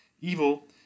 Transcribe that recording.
Evil